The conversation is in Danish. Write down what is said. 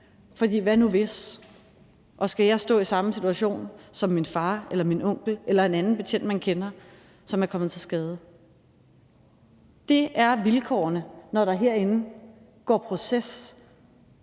man så stå i samme situation som ens far eller onkel eller en anden betjent, man kender, som er kommet til skade? Det er vilkårene, når der herinde går proces